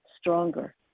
stronger